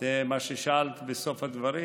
זה מה ששאלת בסוף הדברים,